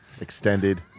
extended